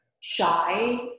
shy